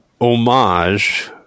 homage